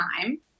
time